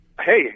Hey